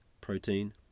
protein